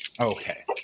Okay